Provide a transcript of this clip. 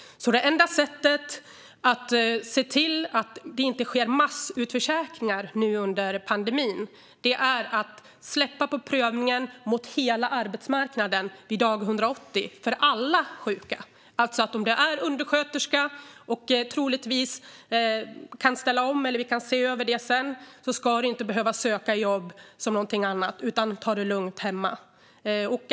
Det enda sättet att se till att det inte sker massutförsäkringar nu under pandemin är alltså att släppa prövningen mot hela arbetsmarknaden dag 180 för alla sjuka. Om du är undersköterska och troligtvis kan ställa om, eller det kan ses över sedan, ska du alltså inte behöva söka annat jobb utan kan ta det lugnt hemma.